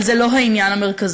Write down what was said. אבל זה לא העניין המרכזי.